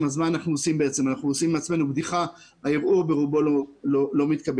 אז אנחנו עושים מעצמנו בדיחה והערעור ברובו לא מתקבל.